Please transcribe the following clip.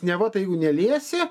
neva tai jeigu neliesi